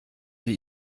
wie